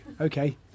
Okay